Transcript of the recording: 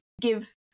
give